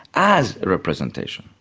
as a representation.